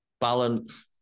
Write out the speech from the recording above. balance